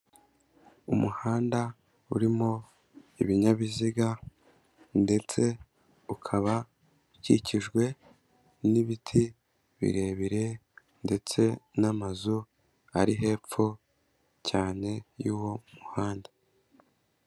Umuhanda urimo ibinyabiziga ndetse ukaba ukikijwe n'ibiti birebire ndetse n'amazu ari hepfo cyane y'uwo muhanda.